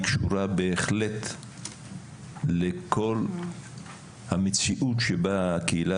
קשורה בהחלט לכל המציאות שבה הקהילה